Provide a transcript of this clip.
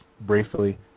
briefly